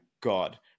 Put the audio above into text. God